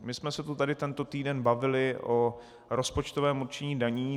My jsme se tady tento týden bavili o rozpočtovém určení daní.